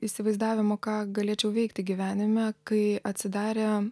įsivaizdavimo ką galėčiau veikti gyvenime kai atsidarė